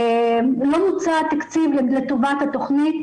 לא מוצה התקציב לטובת התכנית.